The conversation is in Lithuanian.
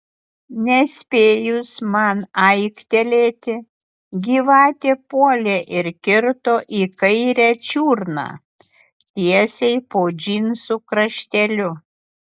nespėjus man aiktelėti gyvatė puolė ir kirto į kairę čiurną tiesiai po džinsų krašteliu